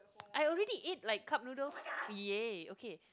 I already ate like cup noodles yay